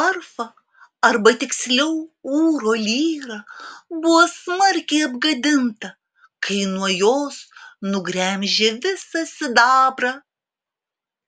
arfa ar tiksliau ūro lyra buvo smarkiai apgadinta kai nuo jos nugremžė visą sidabrą